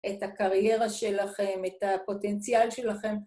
את הקריירה שלכם, את הפוטנציאל שלכם.